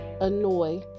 annoy